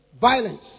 violence